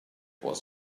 was